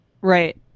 Right